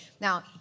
now